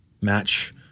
match